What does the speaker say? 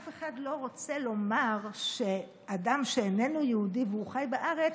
אף אחד לא רוצה לומר שאדם שאיננו יהודי והוא חי בארץ,